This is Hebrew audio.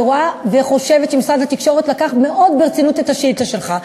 אני רואה וחושבת שמשרד התקשורת לקח מאוד ברצינות את השאילתה שלך.